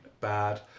bad